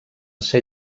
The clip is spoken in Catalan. ser